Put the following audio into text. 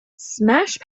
smash